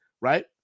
right